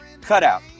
cutout